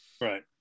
Right